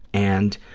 and,